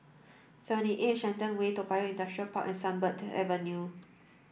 seventy eight Shenton Way Toa Payoh Industrial Park and Sunbird Avenue